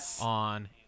on